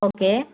okay